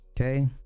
Okay